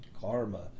karma